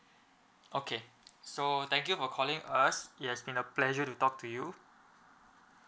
okay so thank you for calling us yes been uh pleasure to talk to you